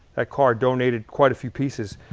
that car donated quite a few pieces,